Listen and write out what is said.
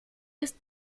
ist